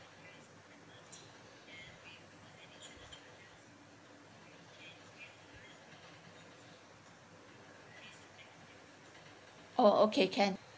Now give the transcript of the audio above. oh okay can